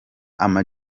ama